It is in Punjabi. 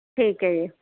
ਠੀਕ ਹੈ ਜੀ